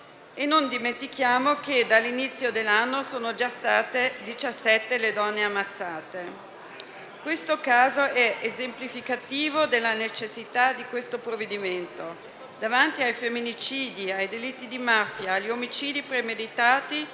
Non dimentichiamo che dall'inizio dell'anno sono già state 17 le donne ammazzate. Questo caso è esemplificativo della necessità di questo provvedimento. Davanti ai femminicidi, ai delitti di mafia, agli omicidi premeditati